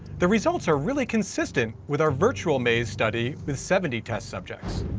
the results are really consistent with our virtual maze, study with seventy test subjects.